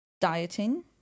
dieting